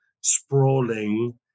sprawling